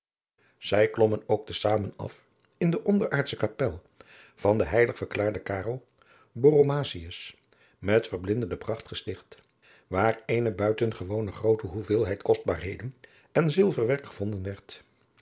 zij klommen ook te zamen af in de onderaardsche kapel van den heilig verklaarden karel borromaeus met verblindende pracht gesticht waar eene buitengewone groote hoeveelheid kostbaarheden en zilverwerk gevonden werd